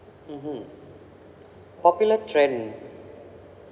mmhmm popular trend